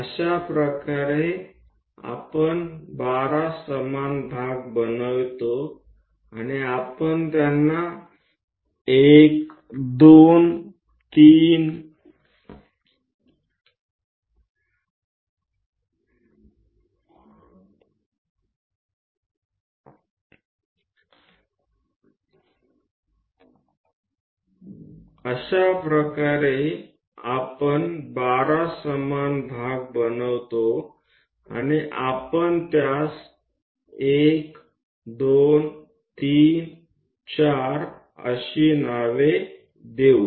अशा प्रकारे आपण 12 समान भाग बनवितो आणि आपण त्यांना 1 2 3 4 अशी नावे देऊ